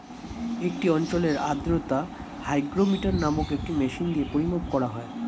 একটি অঞ্চলের আর্দ্রতা হাইগ্রোমিটার নামক একটি মেশিন দিয়ে পরিমাপ করা হয়